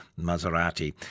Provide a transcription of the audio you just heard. Maserati